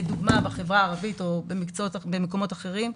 לדוגמה בחברה הערבית או במקומות אחרים,